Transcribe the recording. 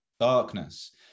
darkness